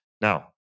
Now